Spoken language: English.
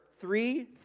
three